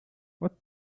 what